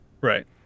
Right